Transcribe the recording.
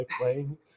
playing